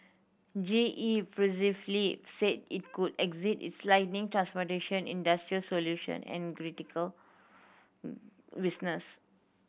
G E previously said it could exit its lighting transportation industrial solution and critical